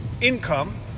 income